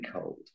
cold